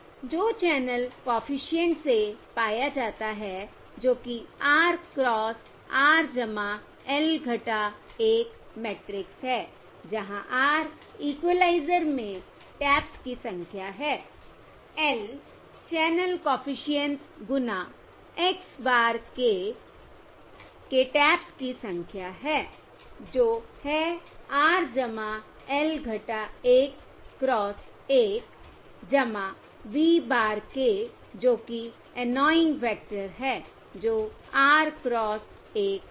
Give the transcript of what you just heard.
जो channel coefficient से पाया जाता है जो कि R cross R L 1 matrix है जहां R इक्विलाइज़र में टैप्स की संख्या है L चैनल कॉफिशिएंट्स गुना x बार k के टैप्स की संख्या है जो है R L 1 cross 1 v bar k जो कि एनोइंग वेक्टर है जो R क्रॉस 1 है